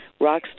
Rockstar